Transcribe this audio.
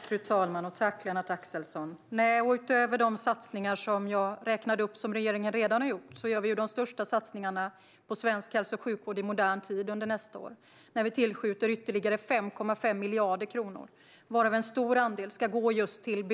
Fru talman! Jag tackar Lennart Axelsson för detta. Utöver de satsningar som jag räknade upp, som regeringen redan har gjort, gör vi de största satsningarna på svensk hälso och sjukvård i modern tid under nästa år när vi tillskjuter ytterligare 5,5 miljarder kronor, varav en stor andel ska gå just till